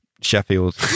Sheffield